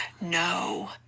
No